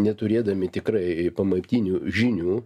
neturėdami tikrai pamatinių žinių